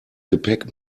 gepäck